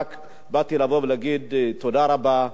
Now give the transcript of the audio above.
רק באתי להגיד תודה רבה,